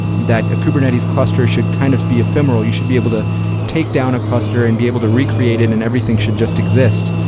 that a kubernetes cluster should kind of be ephemeral. you should be able to take down a cluster and be able to re-create it and everything should just exist.